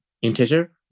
integer